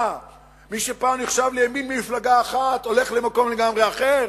ומי שפעם נחשב לימין במפלגה אחת הולך למקום לגמרי אחר.